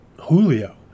Julio